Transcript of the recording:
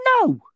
No